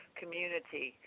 community